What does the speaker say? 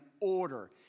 order